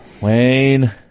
Wayne